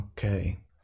Okay